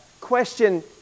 question